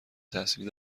تحصیلی